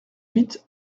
huit